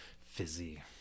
fizzy